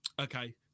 Okay